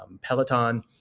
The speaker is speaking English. peloton